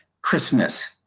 Christmas